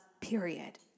period